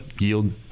yield